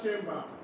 chamber